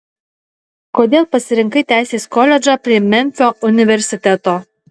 kodėl pasirinkai teisės koledžą prie memfio universiteto